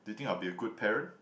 do you think I'll be a good parent